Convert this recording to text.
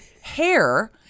hair